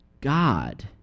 God